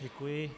Děkuji.